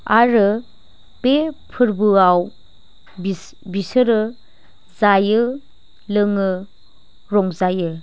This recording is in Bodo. आरो बे फोरबोआव बिसोरो जायो लोङो रंजायो